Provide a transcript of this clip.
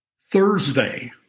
Thursday